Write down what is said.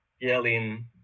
yelling